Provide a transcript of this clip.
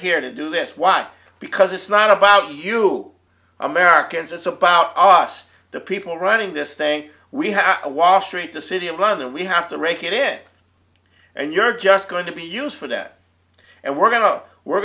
here to do this why because it's not about you americans us about us the people running this thing we have a wall street the city of london we have to rake it in and you're just going to be used for that and we're going to we're